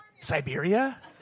Siberia